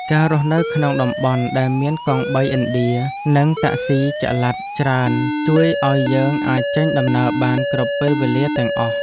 ការរស់នៅក្នុងតំបន់ដែលមានកង់បីឥណ្ឌានិងតាក់ស៊ីចល័តច្រើនជួយឱ្យយើងអាចចេញដំណើរបានគ្រប់ពេលវេលាទាំងអស់។